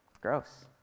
Gross